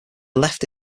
left